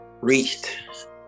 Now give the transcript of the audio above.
reached